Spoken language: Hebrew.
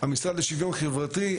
המשרד לשוויון חברתי,